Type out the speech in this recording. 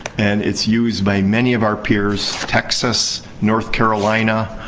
and it's used by many of our peers. texas, north carolina,